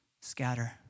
scatter